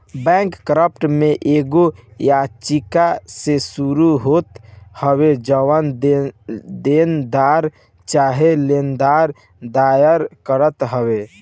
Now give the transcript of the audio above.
bankrupt में एगो याचिका से शुरू होत हवे जवन देनदार चाहे लेनदार दायर करत हवे